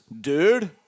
dude